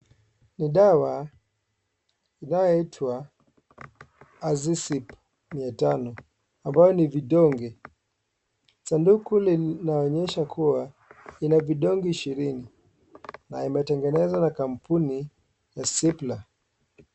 Ni dawa ni dawa yaitwa Azicip mia tano ambayo ni vidonge, sanduku linaonyesha kuwa ina vidoge ishirini na imetengenezwa na kampuni ya Cipla.